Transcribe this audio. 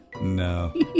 No